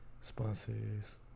sponsors